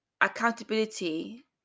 accountability